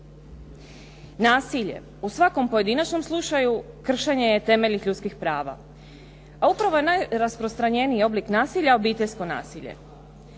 Nasilje u svakom pojedinačnom slučaju kršenje je temeljnih ljudskih prava, a upravo je najrasprostranjeniji oblik nasilja obiteljsko nasilje.